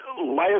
last